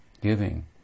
giving